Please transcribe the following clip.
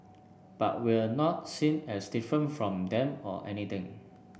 but we're not seen as different from them or anything